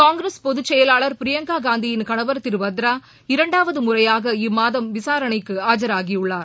காங்கிரஸ் பொதுச்செயலாளர் பிரியங்கா காந்தியின் கணவர் திரு வத்ரா இரண்டாவது முறையாக இம்மாதம் விசாரணைக்கு ஆஜராகியுள்ளார்